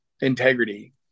integrity